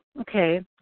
okay